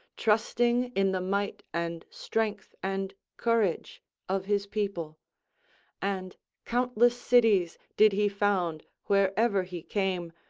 trusting in the might and strength and courage of his people and countless cities did he found wherever he came,